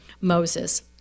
Moses